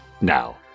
now